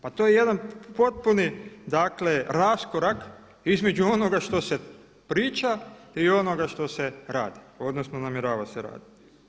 Pa to je jedan potpuni dakle raskorak između onoga što se priča i onoga što se radi, odnosno namjerava se raditi.